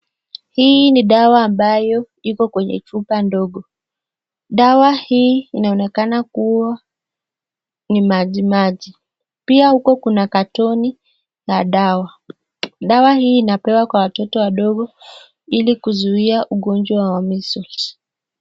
Hii ni dawa ambayo iko kwenye chupa ndogo. Dawa hii inaonekana kuwa ni majimaji, pia huku kuna katoni la dawa. Dawa hii inapewa kwa watoto wadogo ili kizuia ugonjwa wa measles .